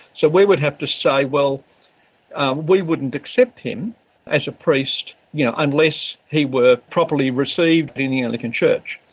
so we would have to say, well we wouldn't accept him as a priest you know unless he were properly received in the anglican church.